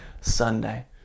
Sunday